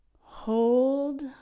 hold